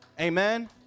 Amen